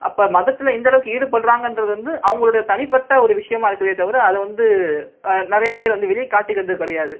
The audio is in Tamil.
அப்போ மதத்தில் எந்த அளவுக்கு ஈடுபடுறாங்கன்றது வந்து அவர்களோட தனிப்பட்ட ஒரு விஷயமா இருக்குதே தவிர அதை வந்து நிறையா பேர் வந்து வெளியே காட்டிக்கிறது கிடையாது